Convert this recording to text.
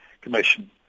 Commission